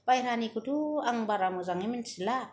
बायहेरानिखौथ' आं बारा मोजाङै मिन्थिला